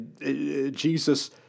Jesus